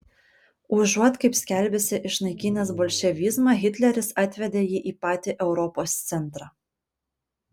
užuot kaip skelbėsi išnaikinęs bolševizmą hitleris atvedė jį į patį europos centrą